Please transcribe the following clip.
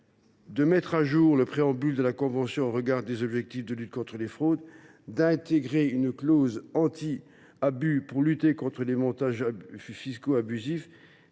la mise à jour du préambule de la convention au regard des objectifs de lutte contre les fraudes, l’intégration d’une clause anti abus pour lutter contre les montages fiscaux abusifs,